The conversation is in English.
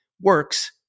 works